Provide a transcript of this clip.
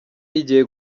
igiye